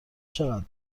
چقدر